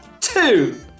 Two